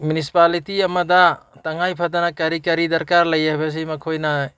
municipality ꯑꯃꯗ ꯇꯉꯥꯏ ꯐꯗꯅ ꯀꯔꯤ ꯀꯔꯤ ꯗꯔꯀꯥꯔ ꯂꯩ ꯍꯥꯏꯕꯁꯤ ꯃꯈꯣꯏꯅ